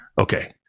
okay